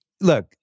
Look